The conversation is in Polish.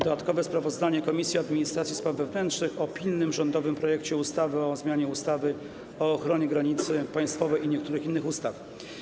Dodatkowe sprawozdanie Komisji Administracji i Spraw Wewnętrznych o pilnym rządowym projekcie ustawy o zmianie ustawy o ochronie granicy państwowej i niektórych innych ustaw.